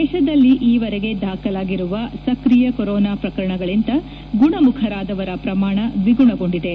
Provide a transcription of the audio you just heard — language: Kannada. ದೇಶದಲ್ಲಿ ಈವರೆಗೆ ದಾಖಲಾಗಿರುವ ಸಕ್ರಿಯ ಕೊರೊನಾ ಪ್ರಕರಣಗಳಿಗಿಂತ ಗುಣಮುಖರಾದವರ ಪ್ರಮಾಣ ದ್ವಿಗುಣಗೊಂಡಿದೆ